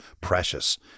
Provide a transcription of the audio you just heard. precious